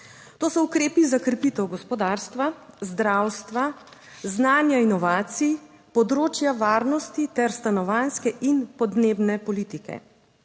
to so ukrepi za krepitev gospodarstva, zdravstva, znanja, inovacij, področja varnosti ter stanovanjske in podnebne politike.